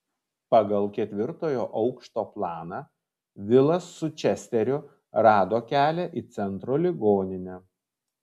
pagal ketvirtojo aukšto planą vilas su česteriu rado kelią į centro ligoninę